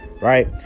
right